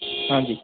ਹਾਂਜੀ